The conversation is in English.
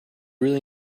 really